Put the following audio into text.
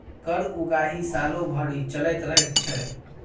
कर उगाही सालो भरि चलैत रहैत छै